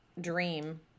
dream